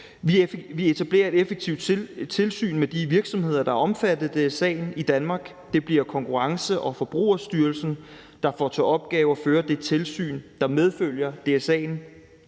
Vi etablerer et effektivt tilsyn med de virksomheder, der er omfattet af sagen, i Danmark. Det bliver Konkurrence- og Forbrugerstyrelsen, der får til opgave at føre det tilsyn, der følger af DSA'en,